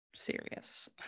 serious